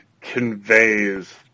conveys